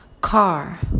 car